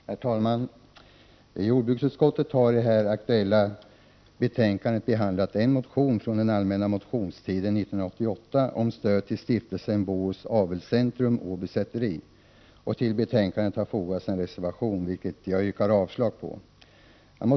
Herr talman! Jordbruksutskottet behandlar i det aktuella betänkandet en motion från den allmänna motionstiden 1988 om stöd till Stiftelsen Bohus Avelscentrum-Åby Säteri. Till betänkandet har fogats en reservation, vilken jag yrkar avslag på.